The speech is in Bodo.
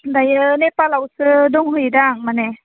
दायो नेपालावसो दंहैयो दां माने